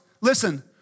Listen